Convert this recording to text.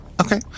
Okay